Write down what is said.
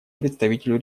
представителю